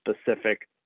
specific